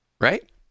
right